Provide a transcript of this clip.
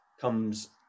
comes